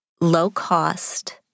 low-cost